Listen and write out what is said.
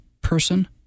person